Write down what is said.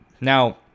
Now